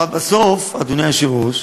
אבל בסוף, אדוני היושב-ראש,